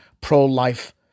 pro-life